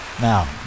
Now